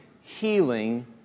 healing